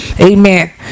Amen